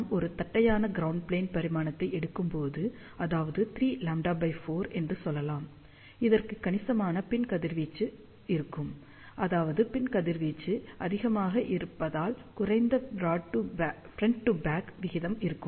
நாம் ஒரு தட்டையான க்ரௌண்ட் ப்ளேன் பரிமாணத்தை எடுக்கும்போது அதாவது 3λ4 என்று சொல்லலாம் இதற்கு கணிசமான பின் கதிர்வீச்சு இருக்கும் அதாவது பின் கதிர்வீச்சு அதிகமாக இருப்பதால் குறைந்த ஃப்ராண்ட் டு பேக் விகிதம் இருக்கும்